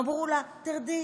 אמרו לה: תרדי,